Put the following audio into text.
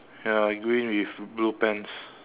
ya green with blue pants